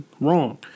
Wrong